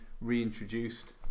reintroduced